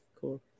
Cool